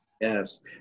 Yes